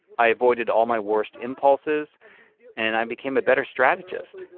i avoided all my worst impulses and i became a better strategist.